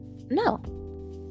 no